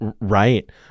Right